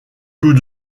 tout